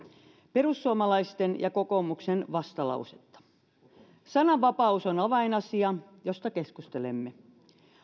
perussuomalaisten ja kokoomuksen vastalausetta avainasia on sananvapaus josta keskustelemme